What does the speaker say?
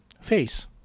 face